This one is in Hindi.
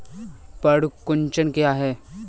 पर्ण कुंचन क्या है?